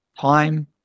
time